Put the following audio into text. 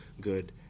good